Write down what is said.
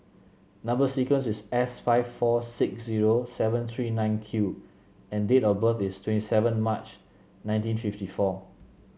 number sequence is S five four six zero seven three nine Q and date of birth is twenty seven March nineteen fifty four